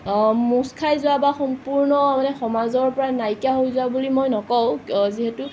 মোচ খাই যোৱা বা সম্পূৰ্ণ সমাজৰ পৰা নাইকীয়া হৈ যোৱা বুলি মই নকওঁ যিহেতু